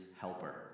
helper